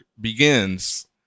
begins